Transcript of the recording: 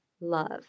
love